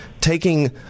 taking